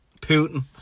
Putin